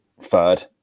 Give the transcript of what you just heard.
third